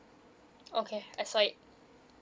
okay I saw it